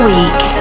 Week